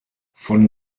von